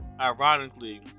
ironically